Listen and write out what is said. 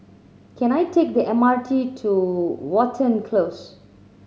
can I take the M R T to Watten Close